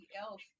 else